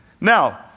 Now